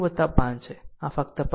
આમ ફક્ત પકડી રાખો